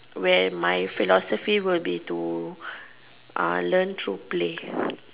where my philosophy will be to uh learn through play